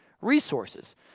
resources